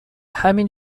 همین